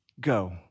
go